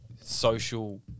social